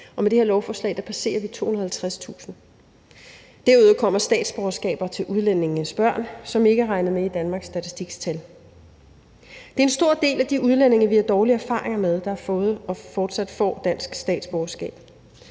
og med det her lovforslag passerer vi 250.000. Derudover kommer statsborgerskaber til udlændingenes børn, som ikke er regnet med i Danmarks Statistiks tal. Det er en stor del af de udlændinge, vi har dårlige erfaringer med, der har fået og fortsat får dansk statsborgerskab.